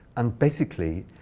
and basically,